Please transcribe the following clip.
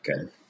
Okay